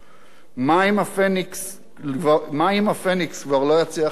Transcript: מה אם הפניקס כבר לא יצליח להתרומם?